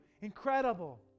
incredible